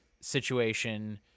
situation